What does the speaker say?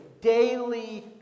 daily